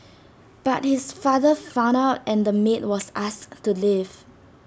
but his father found out and the maid was asked to leave